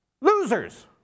losers